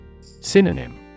Synonym